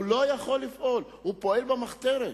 והוא לא יכול לפעול והוא פועל במחתרת.